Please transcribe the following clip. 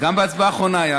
גם בהצבעה האחרונה,